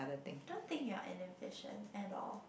don't think you're inefficient at all